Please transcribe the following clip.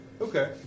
Okay